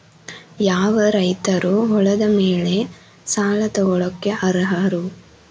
ಯಾವ ರೈತರು ಹೊಲದ ಮೇಲೆ ಸಾಲ ತಗೊಳ್ಳೋಕೆ ಅರ್ಹರು?